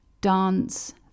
dance